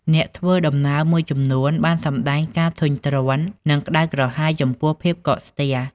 អ្នកធ្វើដំណើរមួយចំនួនបានសម្តែងការធុញទ្រាន់ និងក្តៅក្រហាយចំពោះភាពកកស្ទះ។